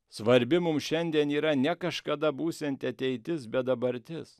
svarbi mums šiandien yra ne kažkada būsianti ateitis bet dabartis